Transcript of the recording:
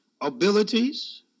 Abilities